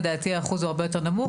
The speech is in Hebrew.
לדעתי האחוז הוא הרבה יותר נמוך.